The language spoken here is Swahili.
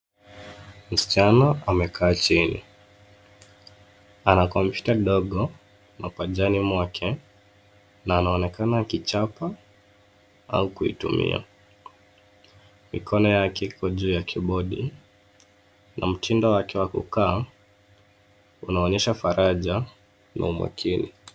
Msichana amekaa chini, ana kompyuta ndogo mapajani mwake, na anaonekana akichapa au kuitumia. Mikono yake iko juu ya kibodi na mtindo wake wa kukaa unaonyesha faraja na umakini.